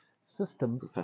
systems